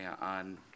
on